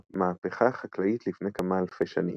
המהפכה החקלאית לפני כמה אלפי שנים,